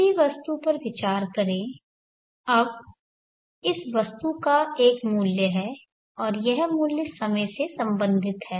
किसी वस्तु पर विचार करें अब इस वस्तु का एक मूल्य है और यह मूल्य समय से संबंधित है